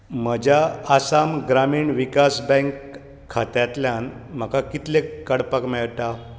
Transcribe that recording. म्हज्या आसाम ग्रामीण विकास बँक खात्यांतल्यान म्हाका कितले काडपाक मेळटा